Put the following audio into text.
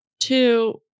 two